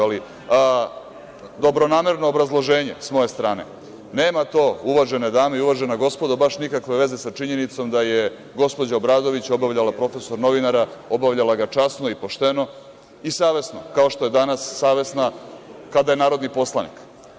Ali, dobronamerno obrazloženje s moje strane, nema to, uvažene dame i uvažena gospodo, baš nikakve veze sa činjenicom da je gospođa Obradović obavljala profesiju novinara časno i pošteno i savesno, kao što je danas savesna kada je narodni poslanik.